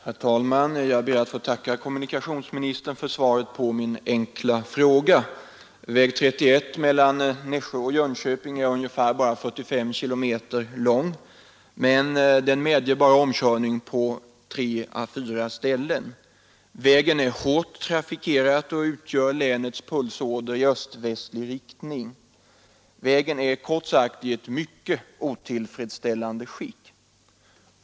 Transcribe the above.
Herr talman! Jag ber att få tacka kommunikationsministern för svaret på min enkla fråga. Väg 31 mellan Nässjö och Jönköping är inte mer än ungefär 45 kilometer lång, men den medger omkörning på bara tre å fyra ställen. Vägen är hårt trafikerad och utgör länets pulsåder i öst-västlig riktning. Vägen är kort sagt i ett mycket otillfredsställande skick.